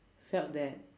felt that